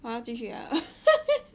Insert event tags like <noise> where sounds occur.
还要继续 ah <laughs>